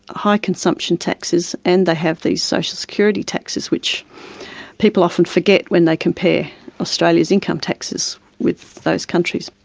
high consumption taxes, and they have these social security taxes which people often forget when they compare australia's income taxes with those countries.